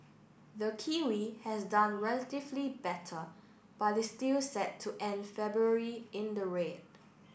the kiwi has done relatively better but is still set to end February in the red